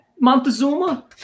Montezuma